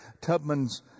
Tubman's